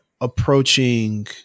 approaching